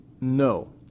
No